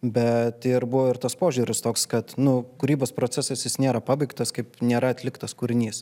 bet ir buvo ir tas požiūris toks kad nu kūrybos procesas jis nėra pabaigtas kaip nėra atliktas kūrinys